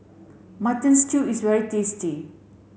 mutton stew is very tasty